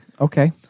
Okay